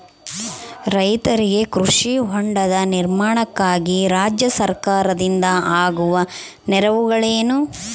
ರೈತರಿಗೆ ಕೃಷಿ ಹೊಂಡದ ನಿರ್ಮಾಣಕ್ಕಾಗಿ ರಾಜ್ಯ ಸರ್ಕಾರದಿಂದ ಆಗುವ ನೆರವುಗಳೇನು?